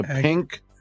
pink